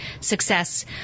success